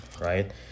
right